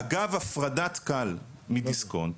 אגב, הפרדת כאל מדיסקונט